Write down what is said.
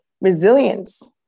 resilience